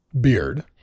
beard